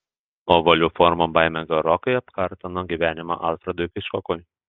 ovalių formų baimė gerokai apkartino gyvenimą alfredui hičkokui